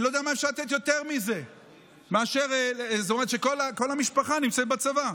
אני לא יודע מה אפשר לתת יותר מזה שכל המשפחה נמצאת בצבא.